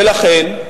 ולכן,